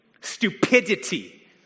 stupidity